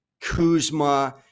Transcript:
Kuzma